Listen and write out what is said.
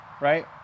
right